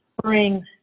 spring